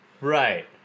Right